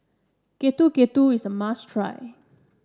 Getuk Getuk is a must try